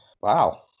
wow